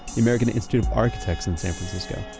the american institute of architects in san francisco,